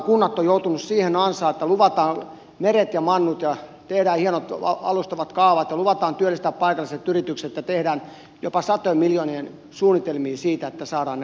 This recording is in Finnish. kunnat ovat joutuneet siihen ansaan että luvataan meret ja mannut ja tehdään hienot alustavat kaavat ja luvataan työllistää paikalliset yritykset ja tehdään jopa satojen miljoonien suunnitelmia siitä että saadaan ne maat ostettua